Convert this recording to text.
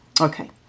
Okay